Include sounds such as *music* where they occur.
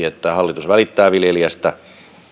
*unintelligible* että hallitus välittää viljelijästä